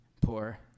Poor